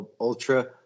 ultra